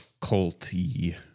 culty